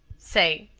say,